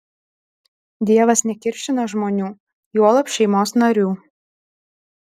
dievas nekiršina žmonių juolab šeimos narių